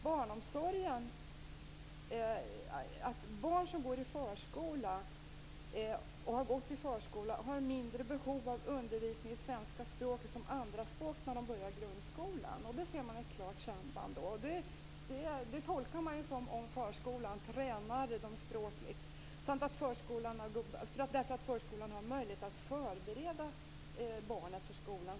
Man framhåller att barn som har gått i förskola har mindre behov av undervisning i svenska som andraspråk när de börjar i grundskolan. Det är ett klart samband som man ser, och man tolkar det så att förskolan tränar dem språkligt samt att skolan har möjlighet att förbereda barnet för skolans krav och villkor.